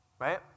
Right